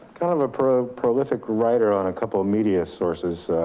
kind of a pro prolific writer on a couple of media sources.